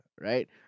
right